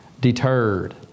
deterred